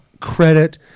credit